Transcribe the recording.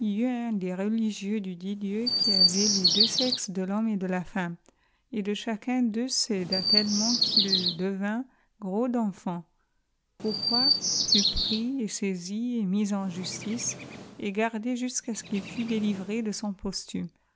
des religieux du dit lieu qu'il avoit les deux sexes de l'homme et de la femme et de chaeun diceux se aida tellement qu'il devint gros denfant pourquoi fut prins et saisi et mis en justice et gardé jusqu'à ce qu'il fut délivré de son posthume